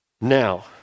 Now